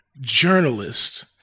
journalist